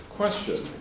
question